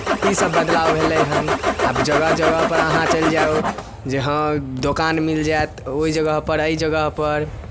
ईसभ बदलाव भेलै हन आब जगह जगहपर अहाँ चलि जाउ जे हँ दोकान मिल जायत ओहि जगहपर एहि जगहपर